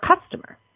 customer